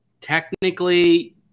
Technically